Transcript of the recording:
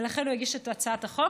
ולכן הוא הגיש את הצעת החוק.